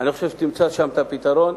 אני חושב שתמצא שם את הפתרון.